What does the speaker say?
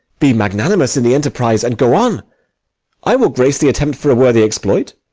be magnanimous in the enterprise, and go on i will grace the attempt for a worthy exploit.